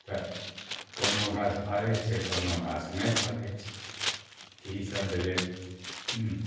तऽ कोनो गाछ फड़य छै कोनो गाछ नहि फड़य छै तऽ ई सब भेलय हूँ